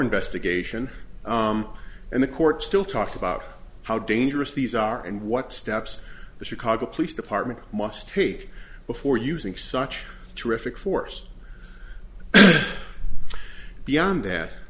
investigation and the court still talks about how dangerous these are and what steps the chicago police department must take before using such terrific force beyond that